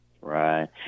Right